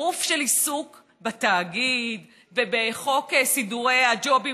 טירוף של עיסוק בתאגיד ובחוק סידורי הג'ובים